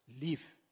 leave